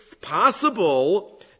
possible